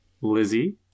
Lizzie